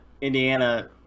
Indiana